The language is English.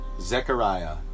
Zechariah